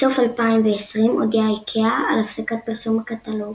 בסוף 2020 הודיעה איקאה על הפסקת פרסום הקטלוג.